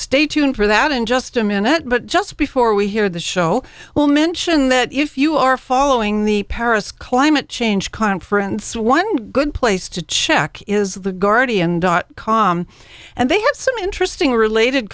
stay tuned for that in just a minute but just before we hear the show we'll mention that if you are following the paris climate change conference one good place to check is the guardian dot com and they have some interesting related